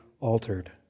altered